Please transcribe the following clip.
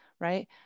right